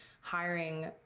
hiring